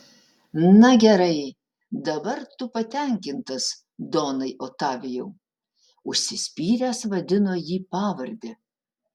na gerai dabar tu patenkintas donai otavijau užsispyręs vadino jį pavarde